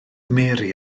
mary